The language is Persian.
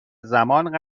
زمان